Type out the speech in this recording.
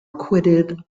acquitted